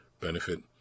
benefit